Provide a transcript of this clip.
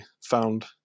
found